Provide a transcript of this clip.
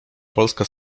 polska